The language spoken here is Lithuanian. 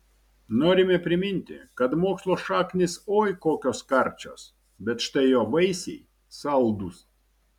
norime priminti kad mokslo šaknys oi kokios karčios bet štai jo vaisiai saldūs